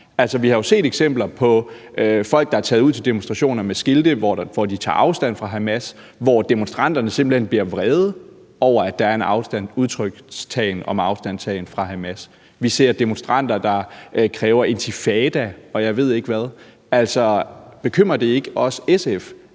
Vi har jo set eksempler på, at folk er taget ud til demonstrationer med skilte, hvor de tager afstand fra Hamas, og at demonstranterne simpelt hen bliver vrede over, at der bliver udtrykt en afstandstagen fra Hamas. Vi ser demonstranter, der kræver intifada, og jeg ved ikke hvad. Altså, bekymrer det ikke også SF,